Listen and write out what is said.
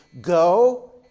go